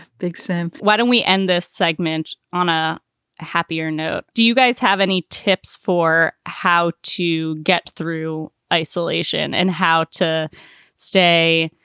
big sam why don't we end this segment on a happier note? do you guys have any tips for how to get through isolation and how to stay,